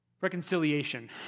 reconciliation